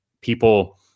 people